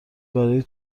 برای